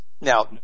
Now